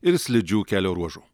ir slidžių kelio ruožų